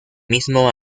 mismo